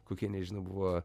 kokie nežinau buvo